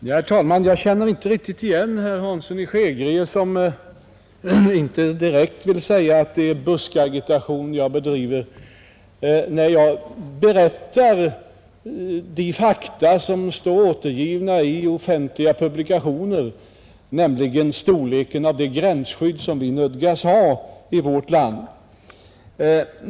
Fru talman! Jag känner inte riktigt igen herr Hansson i Skegrie, som inte direkt vill säga att det är buskagitation jag bedriver, när jag berättar om de fakta som står återgivna i offentliga publikationer, nämligen storleken av det gränsskydd som vi nödgas ha i vårt land.